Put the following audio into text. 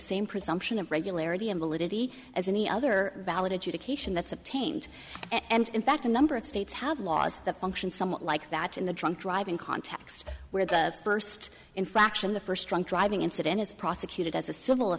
same presumption of regularity and validity as any other valid adjudication that's obtained and in fact a number of states have laws the function somewhat like that in the drunk driving context where the first infraction the first drunk driving incident is prosecuted as a civil